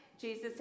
Jesus